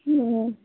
হুম হুম